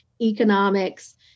economics